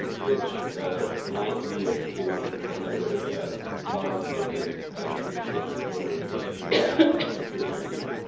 which might lead us to another bond measure that we would take to the voters in two or three years.